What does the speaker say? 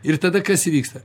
ir tada kas įvyksta